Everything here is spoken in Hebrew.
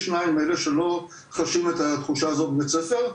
שניים מאלה שלא חשים את התחושה הזאת בבית ספר,